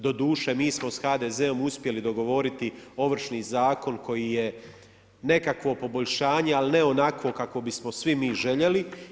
Doduše mi smo sa HDZ-om uspjeli dogovoriti Ovršni zakon, koji je nekakvo poboljšanje ali ne onakvo kakvo bismo svi mi željeli.